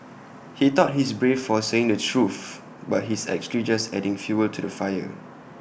he thought he's brave for saying the truth but he's actually just adding fuel to the fire